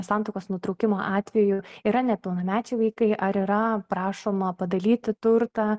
santuokos nutraukimo atveju yra nepilnamečiai vaikai ar yra prašoma padalyti turtą